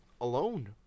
alone